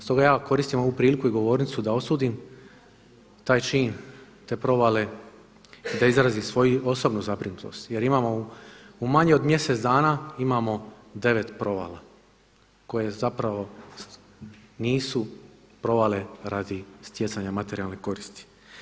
Stoga ja koristim ovu priliku i govornicu da osudim taj čin, te provale i da izrazim svoju osobnu zabrinutost jer imamo manje u mjesec dana imamo devet provala koje zapravo nisu provale radi stjecanja materijalne koristi.